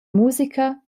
musica